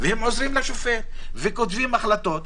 הם עוזרים לשופטים וכותבים החלטות,